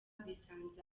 bisanze